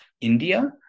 India